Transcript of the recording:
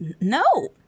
No